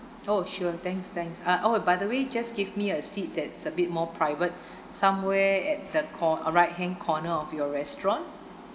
oh sure thanks thanks uh oh by the way just give me a seat that's a bit more private somewhere at the cor~ uh right hand corner of your restaurant